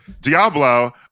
Diablo